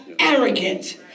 arrogant